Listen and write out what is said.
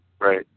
right